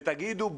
ותגידו,